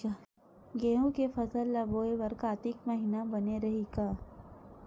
गेहूं के फसल ल बोय बर कातिक महिना बने रहि का?